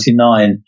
1999